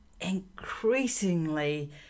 increasingly